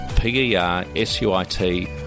p-e-r-s-u-i-t